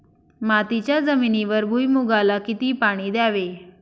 मातीच्या जमिनीवर भुईमूगाला किती पाणी द्यावे?